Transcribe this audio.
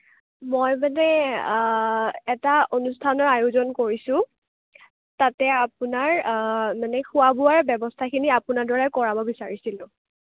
মই মানে এটা অনুস্থানৰ আয়োজন কৰিছোঁ তাতে আপোনাৰ মানে খোৱা বোৱাৰ ব্যৱস্থাখিনি আপোনাৰ দ্বাৰাই কৰাব বিচাৰিছিলোঁ